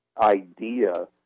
idea